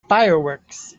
fireworks